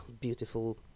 beautiful